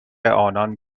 آنان